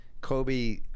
Kobe